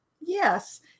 Yes